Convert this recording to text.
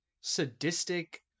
sadistic